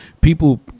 People